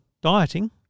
dieting